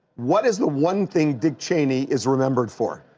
what is the one thing dick chaney is remembered for?